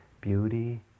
beauty